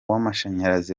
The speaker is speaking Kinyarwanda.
w’amashanyarazi